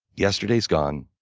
yesterday's gone,